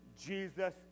Jesus